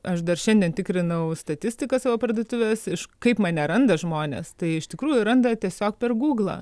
aš dar šiandien tikrinau statistiką savo parduotuvės iš kaip mane randa žmonės tai iš tikrųjų randa tiesiog per gūglą